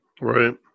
Right